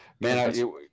Man